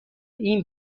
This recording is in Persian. این